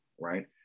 right